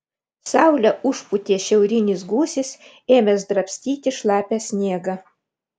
saulę užpūtė šiaurinis gūsis ėmęs drabstyti šlapią sniegą